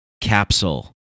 capsule